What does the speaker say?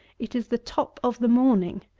it is the top of the morning,